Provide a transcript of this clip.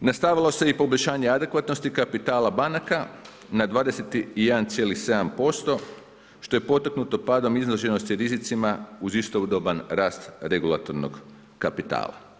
Nastavilo se i poboljšanje adekvatnosti kapitala banaka na 21,7% što je potaknuto padom izloženosti rizicima uz istodoban rast regulatornog kapitala.